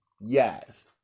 Yes